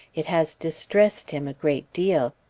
it has distressed him a great deal.